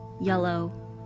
yellow